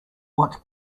what